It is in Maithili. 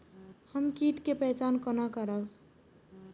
हम कीट के पहचान कोना करब?